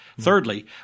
Thirdly